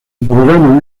programa